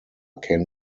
can